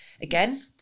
again